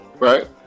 Right